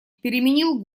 переменил